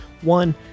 one